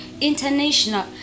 International